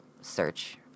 search